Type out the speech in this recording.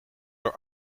door